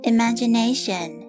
Imagination